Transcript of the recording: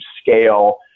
scale